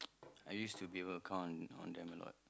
I used to be able to count on them a lot